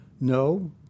No